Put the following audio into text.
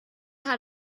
how